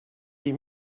des